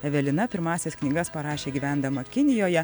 evelina pirmąsias knygas parašė gyvendama kinijoje